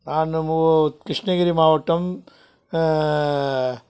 நான் மு கிருஷ்ணகிரி மாவட்டம்